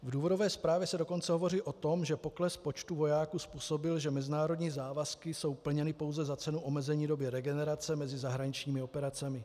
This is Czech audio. V důvodové zprávě se dokonce hovoří o tom, že pokles počtu vojáků způsobil, že mezinárodní závazky jsou plněny pouze za cenu omezení doby regenerace mezi zahraničními operacemi.